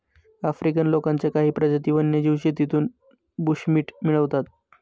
African लोकांच्या काही प्रजाती वन्यजीव शेतीतून बुशमीट मिळवतात